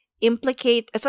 implicate